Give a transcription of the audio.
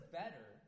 better